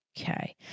Okay